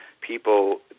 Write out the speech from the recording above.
People